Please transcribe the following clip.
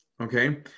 Okay